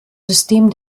system